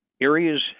areas